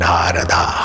Narada